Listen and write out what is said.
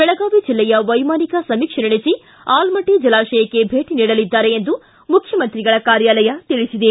ಬೆಳಗಾವಿ ಜಿಲ್ಲೆಯ ವೈಮಾನಿಕ ಸಮೀಕ್ಷೆ ನಡೆಸಿ ಆಲಮಟ್ಟಿ ಜಲಾಶಯಕ್ಕೆ ಭೇಟಿ ನೀಡಲಿದ್ದಾರೆ ಎಂದು ಮುಖ್ಯಮಂತ್ರಿಗಳ ಕಾರ್ಯಾಲಯ ತಿಳಿಸಿದೆ